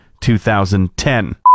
2010